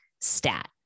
stat